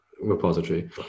repository